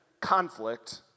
conflict